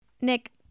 Nick